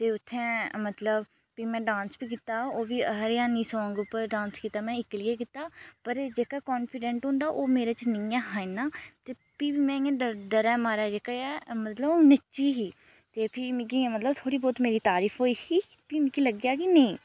फ्ही उत्थें मतलब फ्ही में डांस बी कीता ओह् बी हरयाणवी सांग उप्पर डांस कीता में इक्क्ली ऐ कीता पर जेह्का कोन्फिडेंट होंदा ओह् मेरे च नेईं हे हा इन्ना पर फ्ही बी में इयां डर डरै दे मारै एह् मतलब नच्ची ही ते फ्ही मिगी एह् थोह्ड़ी बोह्त मेरी तरीफ होई ही फ्ही मिगी लग्गेआ कि नेईं